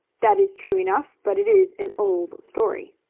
that is true enough, but it is an old story.